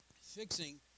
fixing